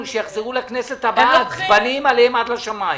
שיחזרו לכנסת הבאה עצבניים עליהם עד השמיים.